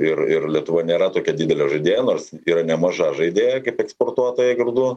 ir ir lietuva nėra tokia didelė žaidėja nors yra nemaža žaidėja kaip eksportuotoja grūdų